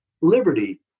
liberty